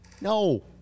no